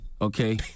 okay